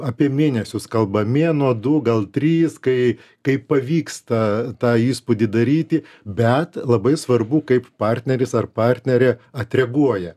apie mėnesius kalbamie nuo du gal trys kai kaip pavyksta tą įspūdį daryti bet labai svarbu kaip partneris ar partnerė atreaguoja